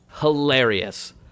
hilarious